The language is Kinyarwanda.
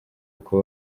uko